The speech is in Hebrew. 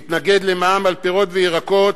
מתנגד למע"מ על פירות וירקות,